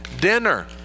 dinner